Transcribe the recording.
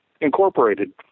incorporated